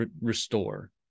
restore